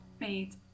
made